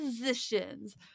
positions